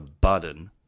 button